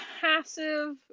passive